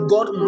God